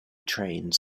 trains